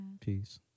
Peace